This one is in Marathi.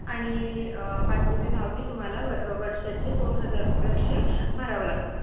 आणि पाचवी ते दहावी तुम्हाला व वर्षाचे दोन हजार रुपये असे भरावं लागणार